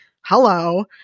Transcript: Hello